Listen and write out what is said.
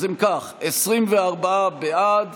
אם כך, 24 בעד,